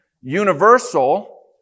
universal